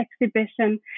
exhibition